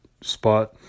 spot